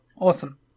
Awesome